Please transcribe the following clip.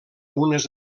unes